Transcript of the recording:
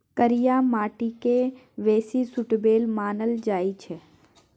करिया माटि केँ बेसी सुटेबल मानल जाइ छै